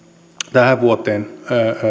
tähän vuoteen